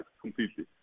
completely